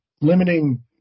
limiting